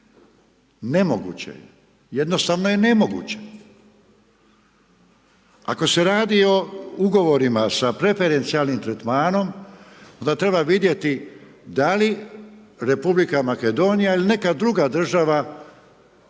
Nemoguće, jednostavno je nemoguće. Ako se radi o ugovorima sa preferencijalnim tretmanom, onda treba vidjeti da li Republika Makedonija ili neka druga država svoje